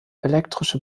elektrische